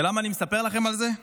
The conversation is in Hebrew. ולמה אני מספר לכם על זה?